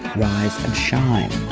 rise and shine.